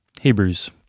Hebrews